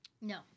No